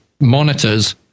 monitors